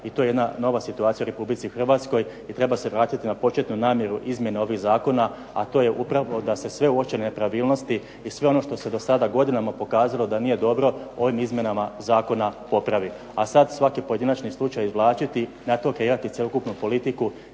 i to je jedna nova situacija u Republici Hrvatskoj. I treba se vratiti na početnu namjeru izmjene ovih zakona, a to je upravo da se sve uočene nepravilnosti i sve ono što se do sada godinama pokazalo da nije dobro ovim izmjenama zakona popravi. A sad svaki pojedinačni slučaj izvlačiti i na to kreirati cjelokupnu politiku